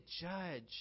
judge